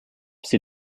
sie